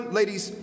ladies